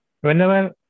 whenever